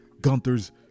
gunther's